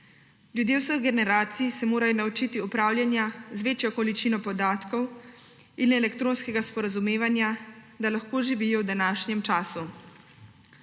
Ljudje vseh generacij se morajo naučiti upravljanja z večjo količino podatkov in elektronskega sporazumevanja, da lahko živijo v današnjem času.